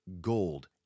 gold